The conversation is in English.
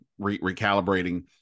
recalibrating